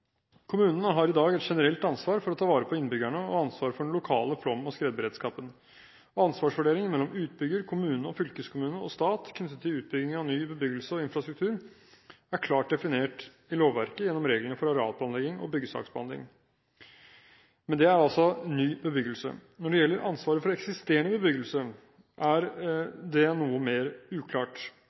Kommunene har i dag et generelt ansvar for å ta vare på innbyggerne og ansvar for den lokale flom- og skredberedskapen. Ansvarsfordelingen mellom utbygger, kommune, fylkeskommune og stat knyttet til utbygging av ny bebyggelse og infrastruktur er klart definert i lovverket gjennom reglene for arealplanlegging og byggesaksbehandling – men det er altså ny bebyggelse. Når det gjelder ansvaret for eksisterende bebyggelse, er det noe mer uklart.